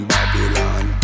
Babylon